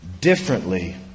differently